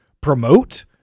promote